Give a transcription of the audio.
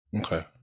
Okay